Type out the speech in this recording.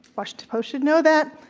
washington post should know that.